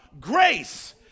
grace